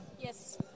Yes